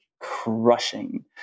crushing